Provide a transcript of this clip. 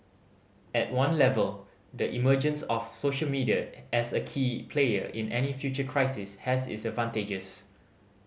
at one level the emergence of social media as a key player in any future crisis has its advantages